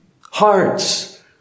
Hearts